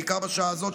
בעיקר בשעה הזאת,